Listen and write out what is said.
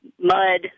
mud